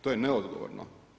To je neodgovorno.